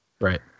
Right